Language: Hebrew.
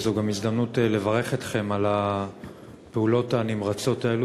זו גם הזדמנות לברך אתכם על הפעולות הנמרצות האלה.